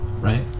Right